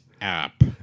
app